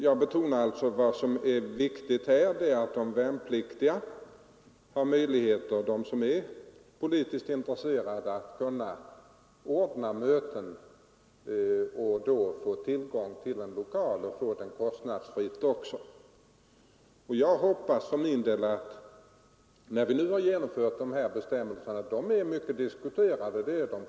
Jag betonar alltså att vad som är viktigt här är att de värnpliktiga som är politiskt intresserade skall ha möjlighet att ordna möten och kostnadsfritt få tillgång till lokal härför. Bestämmelserna är självfallet mycket diskuterade.